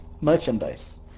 merchandise